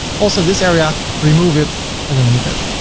also this area, remove it i don't need that.